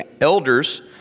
elders